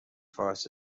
فارسی